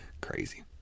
Crazy